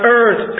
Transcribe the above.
earth